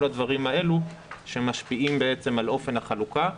כל הדברים האלו שמשפיעים בעצם על אופן החלוקה.